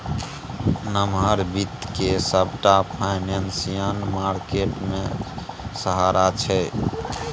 नमहर बित्त केँ सबटा फाइनेंशियल मार्केट मे सराहै छै